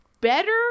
better